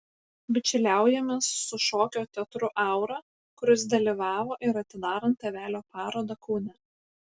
bičiuliaujamės su šokio teatru aura kuris dalyvavo ir atidarant tėvelio parodą kaune